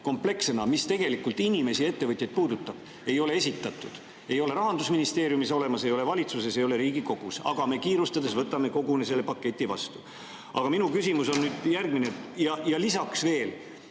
kompleksset analüüsi, mis tegelikult inimesi ja ettevõtjaid puudutab, ei ole esitatud, ei ole Rahandusministeeriumis olemas, ei ole valitsuses, ei ole Riigikogus, aga me kiirustades võtame koguni selle paketi vastu. Aga minu küsimus on järgmine. Ja lisaks veel,